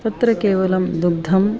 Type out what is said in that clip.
तत्र केवलं दुग्धम्